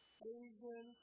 Asian